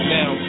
Now